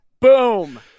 Boom